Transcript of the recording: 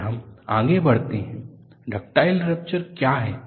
फिर हम आगे बढ़ते हैं डक्टाईल रप्चर क्या है